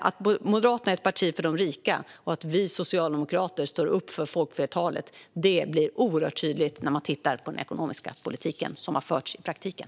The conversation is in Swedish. Att Moderaterna är ett parti för de rika och att vi socialdemokrater står upp för folkflertalet blir oerhört tydligt när man tittar på den ekonomiska politik som har förts i praktiken.